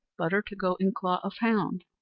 butter to go in claw of hound,